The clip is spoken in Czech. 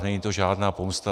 Není to žádná pomsta.